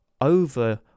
over